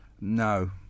No